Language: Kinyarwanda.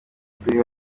turi